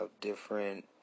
different